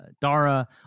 Dara